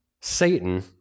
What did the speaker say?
Satan